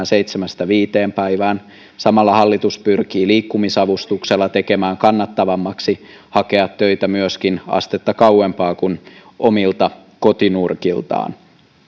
seitsemästä viiteen päivään samalla hallitus pyrkii liikkumisavustuksella tekemään kannattavammaksi hakea töitä myöskin astetta kauempaa kuin omilta kotinurkiltaan